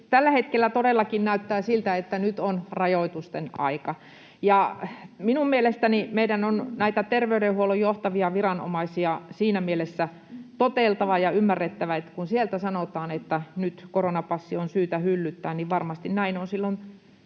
Tällä hetkellä todellakin näyttää siltä, että nyt on rajoitusten aika. Minun mielestäni meidän on näitä terveydenhuollon johtavia viranomaisia siinä mielessä toteltava ja ymmärrettävä, että kun sieltä sanotaan, että nyt koronapassi on syytä hyllyttää, niin varmasti näin on silloin